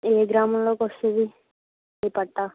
ఏ గ్రామంలోకి వస్తుంది మీ పట్టా